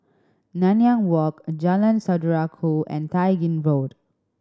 Nanyang Walk and Jalan Saudara Ku and Tai Gin Road